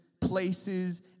places